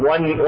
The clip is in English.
One